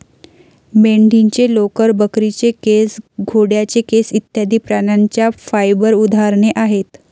मेंढीचे लोकर, बकरीचे केस, घोड्याचे केस इत्यादि प्राण्यांच्या फाइबर उदाहरणे आहेत